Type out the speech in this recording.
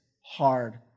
hard